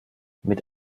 mit